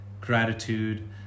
gratitude